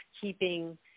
keeping